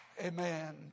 Amen